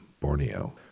Borneo